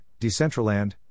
Decentraland